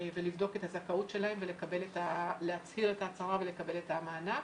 ולבדוק את הזכאות שלהם ולהצהיר את ההצהרה ולקבל את המענק,